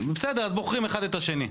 אז בוחרים אחד את השני.